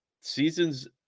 Seasons